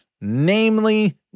namely